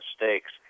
mistakes